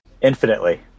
Infinitely